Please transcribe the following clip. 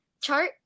chart